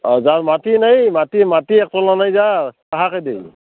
অঁ যাৰ মাটি নাই মাটি মাটি এক নাই যাৰ তাহাকে দেই